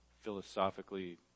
philosophically